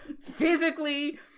physically